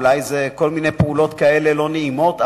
אולי אלה כל מיני פעולות כאלה לא נעימות,